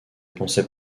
pensait